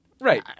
Right